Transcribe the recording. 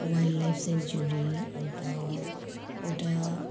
wild life sanctuary अन्त एउटा